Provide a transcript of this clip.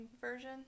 version